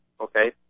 Okay